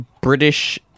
British